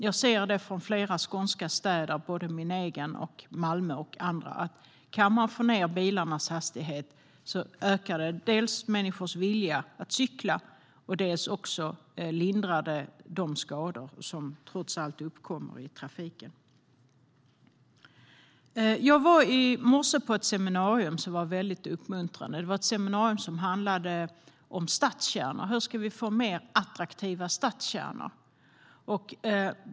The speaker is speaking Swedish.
Jag ser det från flera skånska städer, i min egen hemstad, i Malmö och i andra. Kan man få ned bilarnas hastighet ökar det människors vilja att cykla. Det lindrar också de skador som trots allt uppkommer i trafiken. Jag var i morse på ett seminarium som var väldigt uppmuntrande. Det var ett seminarium som handlade om stadskärnor. Hur ska vi få mer attraktiva stadskärnor?